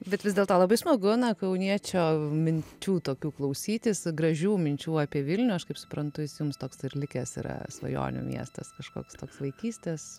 bet vis dėlto labai smagu na kauniečio minčių tokių klausytis gražių minčių apie vilnių aš kaip suprantu jis jums toks ir likęs yra svajonių miestas kažkoks toks vaikystės